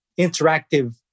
interactive